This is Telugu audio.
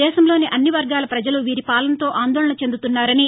దేశంలోని అన్ని వర్గాల ప్రజలు వీరి పాలనతో ఆందోళన చెందుతున్నారని